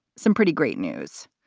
some pretty great news.